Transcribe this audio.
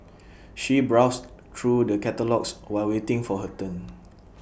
she browsed through the catalogues while waiting for her turn